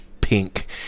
Pink